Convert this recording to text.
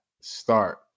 start